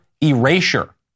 erasure